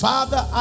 Father